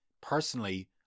Personally